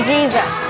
Jesus